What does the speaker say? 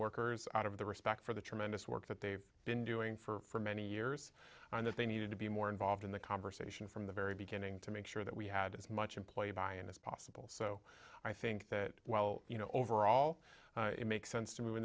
workers out of the respect for the tremendous work that they've been doing for many years and that they needed to be more involved in the conversation from the very beginning to make sure that we had as much employee buy in as possible so i think that well you know overall it makes sense to m